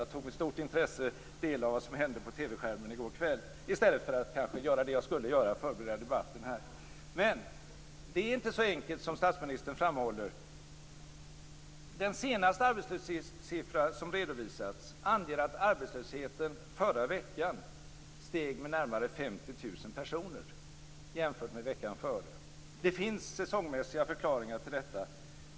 Jag tog med stort intresse del av vad som hände på TV-skärmen i går kväll, i stället för att göra det som jag kanske skulle göra, nämligen förbereda den här debatten. Men det är inte så enkelt som statsministern framhåller. Den senaste arbetslöshetssiffra som redovisats anger att arbetslösheten förra veckan steg med närmare 50 000 personer jämfört med veckan före. Det finns säsongmässiga förklaringar till detta.